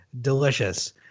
delicious